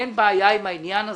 אין בעיה עם העניין הזה.